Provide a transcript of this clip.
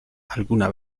alguna